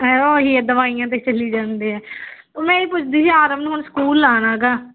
arrow ਉਹੀ ਹੈ ਦਵਾਈਆਂ 'ਤੇ ਚੱਲੀ ਜਾਂਦੇ ਹੈ ਮੈਂ ਇਹੀ ਪੁੱਛਦੀ ਸੀ ਆਰਵ ਨੂੰ ਹੁਣ ਸਕੂਲ ਲਾਨਾ ਗਾ